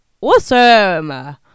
awesome